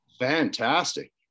fantastic